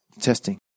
testing